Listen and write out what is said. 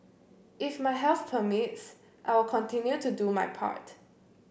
if my health permits I will continue to do my part